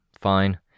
Fine